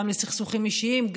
גם לסכסוכים אישיים,